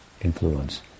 influence